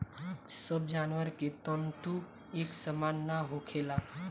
सब जानवर के तंतु एक सामान ना होखेला